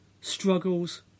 struggles